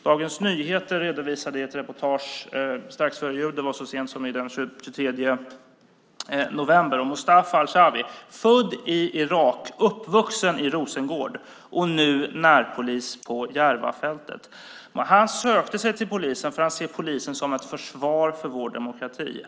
Dagens Nyheter redovisade ett reportage så sent som den 23 november om Mostafa Alshawi, född i Irak, uppvuxen i Rosengård och nu närpolis på Järvafältet. Han sökte sig till polisen, för han ser polisen som ett försvar för vår demokrati.